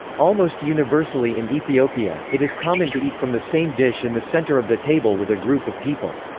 almost universally in ethiopia, it is common to eat from the same dish in and the center of the table with a group of people.